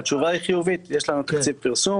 התשובה היא חיובית, יש לנו תקציב פרסום